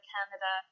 Canada